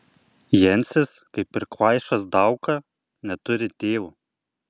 jancis kaip ir kvaišas dauka neturi tėvo